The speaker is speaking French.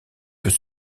peut